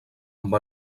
amb